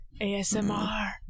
ASMR